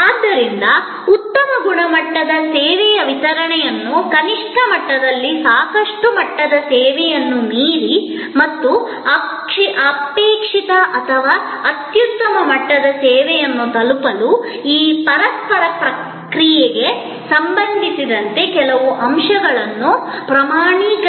ಆದ್ದರಿಂದ ಉತ್ತಮ ಗುಣಮಟ್ಟದ ಸೇವೆಯ ವಿತರಣೆಯನ್ನು ಕನಿಷ್ಠ ಮಟ್ಟದಲ್ಲಿ ಸಾಕಷ್ಟು ಮಟ್ಟದ ಸೇವೆಯನ್ನು ಮೀರಿ ಮತ್ತು ಅಪೇಕ್ಷಿತ ಅಥವಾ ಅತ್ಯುತ್ತಮ ಮಟ್ಟದ ಸೇವೆಯನ್ನು ತಲುಪಲು ಈ ಪರಸ್ಪರ ಕ್ರಿಯೆಗೆ ಸಂಬಂಧಿಸಿದಂತೆ ಕೆಲವು ಅಂಶಗಳನ್ನು ಪ್ರಮಾಣೀಕರಿಸುವುದು ಅವಶ್ಯಕ